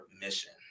mission